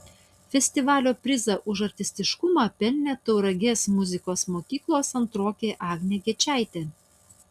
festivalio prizą už artistiškumą pelnė tauragės muzikos mokyklos antrokė agnė gečaitė